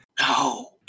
no